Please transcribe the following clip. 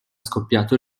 scoppiato